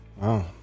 Wow